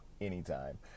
anytime